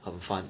很 fun